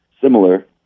similar